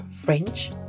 French